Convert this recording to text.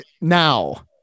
now